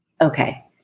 okay